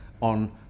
on